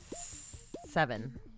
Seven